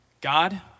God